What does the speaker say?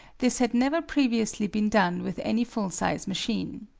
this had never previously been done with any full-size machine.